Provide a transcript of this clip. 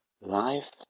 life